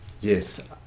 yes